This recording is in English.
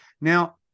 now